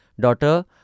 daughter